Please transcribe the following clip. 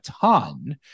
ton